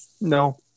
No